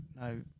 no